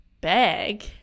bag